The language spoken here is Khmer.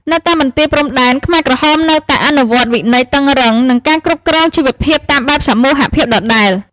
នៅតាមបន្ទាយព្រំដែន ខ្មែរក្រហមនៅតែអនុវត្តវិន័យតឹងរ៉ឹង និងការគ្រប់គ្រងជីវភាពតាមបែបសមូហភាពដដែល។